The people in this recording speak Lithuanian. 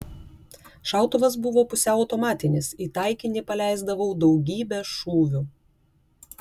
šautuvas buvo pusiau automatinis į taikinį paleisdavau daugybę šūvių